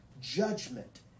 judgment